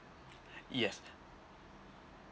yes